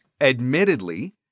admittedly